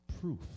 proof